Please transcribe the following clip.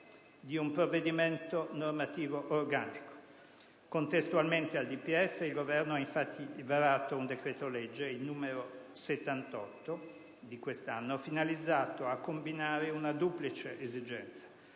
di un provvedimento normativo organico. Contestualmente al DPEF, il Governo ha infatti varato il decreto-legge n. 78 del 2009, finalizzato a combinare una duplice esigenza: